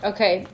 Okay